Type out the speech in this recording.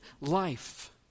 life